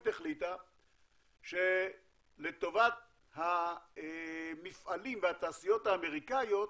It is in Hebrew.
החליטה שלטובת המפעלים והתעשיות האמריקאיות